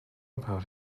about